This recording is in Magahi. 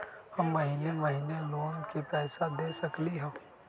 हम महिने महिने लोन के पैसा दे सकली ह?